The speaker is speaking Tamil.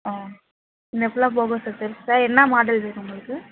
ஆ இங்கே ஃபுல்லாக போகோ செல் செல்ஸு சார் என்ன மாடல் வேணும் உங்களுக்கு